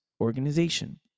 organization